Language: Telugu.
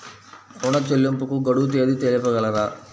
ఋణ చెల్లింపుకు గడువు తేదీ తెలియచేయగలరా?